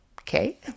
Okay